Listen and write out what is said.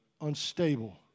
unstable